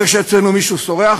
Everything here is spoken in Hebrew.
כשאצלנו מישהו סורח,